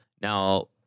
Now